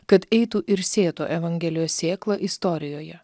kad eitų ir sėtų evangelijos sėklą istorijoje